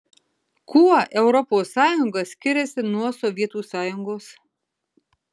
kuo europos sąjunga skiriasi nuo sovietų sąjungos